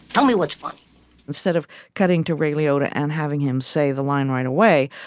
tell me what's funny instead of cutting to ray liotta and having him say the line right away,